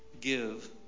give